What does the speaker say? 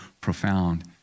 profound